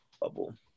bubble